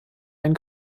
ein